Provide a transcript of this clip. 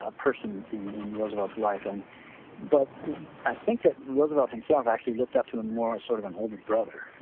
ah person in roosevelt's life. and but i think that roosevelt himself actually looked up to him more sort of an older brother.